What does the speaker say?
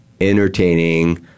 entertaining